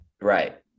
Right